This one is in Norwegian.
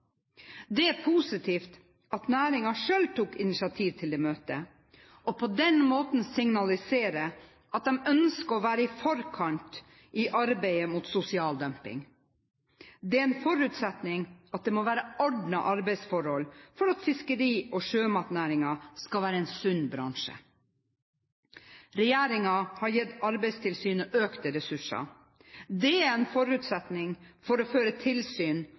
er positivt at næringen selv tok initiativ til dette møtet og på den måten signaliserer at de ønsker å være i forkant i arbeidet mot sosial dumping. Det er en forutsetning at det må være ordnede arbeidsforhold for at fiskeri- og sjømatnæringen skal være en sunn bransje. Regjeringen har gitt Arbeidstilsynet økte ressurser. Det er en forutsetning for å føre tilsyn